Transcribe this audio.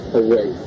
away